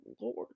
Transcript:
Lord